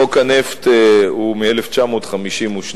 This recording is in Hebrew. חוק הנפט הוא מ-1952,